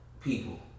people